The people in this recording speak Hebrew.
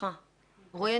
בהצלחה רואי,